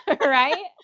right